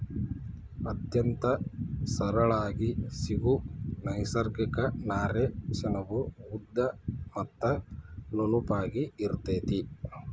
ಅತ್ಯಂತ ಸರಳಾಗಿ ಸಿಗು ನೈಸರ್ಗಿಕ ನಾರೇ ಸೆಣಬು ಉದ್ದ ಮತ್ತ ನುಣುಪಾಗಿ ಇರತತಿ